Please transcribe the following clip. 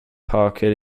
packard